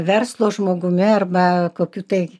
verslo žmogumi arba kokiu tai